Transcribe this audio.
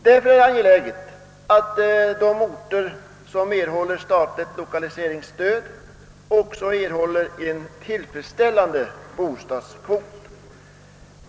Det är därför angeläget att de orter som erhåller statligt lokaliseringsstöd också tilldelas en tillfredsställande bostadskvot.